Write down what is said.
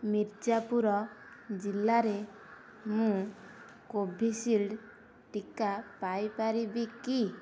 ମିର୍ଜାପୁର ଜିଲ୍ଲାରେ ମୁଁ କୋଭିଶିଲ୍ଡ୍ ଟିକା ପାଇ ପାରିବି କି